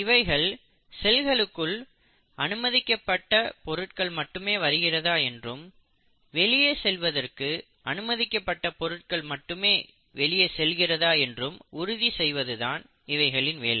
இவைகள் செல்களுக்கு உள்ளே அனுமதிக்கப்பட பொருட்கள் மட்டுமே வருகிறதா என்றும் வெளியே செல்வதற்கு அனுமதிக்கப்பட்ட பொருட்கள் மட்டுமே வெளியே செல்கிறதா என்றும் உறுதி செய்வதுதான் இவைகளின் வேலை